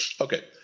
Okay